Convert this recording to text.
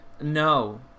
No